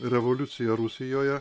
revoliucija rusijoje